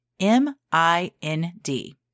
M-I-N-D